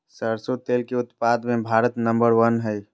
सरसों तेल के उत्पाद मे भारत नंबर वन हइ